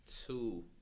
two